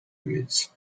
emits